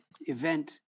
event